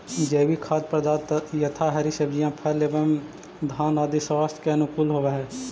जैविक खाद्य पदार्थ यथा हरी सब्जियां फल एवं धान्य आदि स्वास्थ्य के अनुकूल होव हई